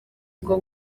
bwo